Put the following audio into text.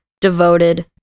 devoted